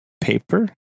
paper